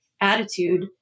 attitude